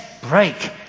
break